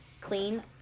Clean